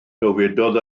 dywedodd